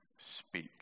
speak